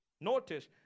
Notice